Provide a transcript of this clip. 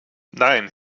nein